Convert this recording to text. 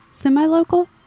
semi-local